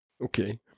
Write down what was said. okay